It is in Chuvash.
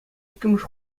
иккӗмӗш